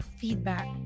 feedback